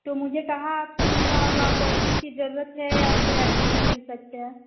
तो मुझे कहाँ आपसे मिलना होगा अपॉइंटमेंट की जरूरत हैं या फिर ऐसे ही मिल सकते हैं